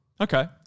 Okay